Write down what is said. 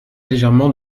légèrement